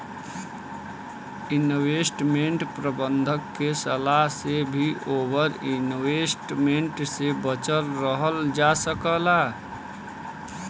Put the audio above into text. investment प्रबंधक के सलाह से भी ओवर इन्वेस्टमेंट से बचल रहल जा सकला